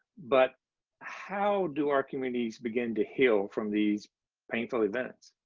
but how do our communities begin to heal from these painful events?